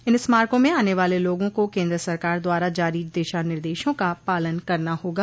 इन स्मारकों में आने वाले लोगों को केन्द्र सरकार द्वारा जारी दिशा निर्देशों का पालन करना होगा